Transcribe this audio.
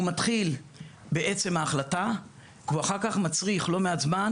הוא מתחיל בעצם ההחלטה והוא אחר כך מצריך לא מעט זמן